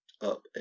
up